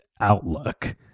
outlook